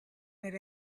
but